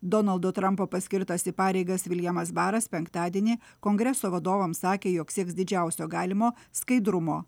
donaldo trampo paskirtas į pareigas viljamas baras penktadienį kongreso vadovams sakė jog sieks didžiausio galimo skaidrumo